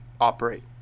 operate